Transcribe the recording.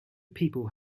people